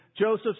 Joseph